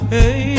Hey